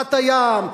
שפת הים,